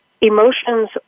emotions